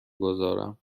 گذارم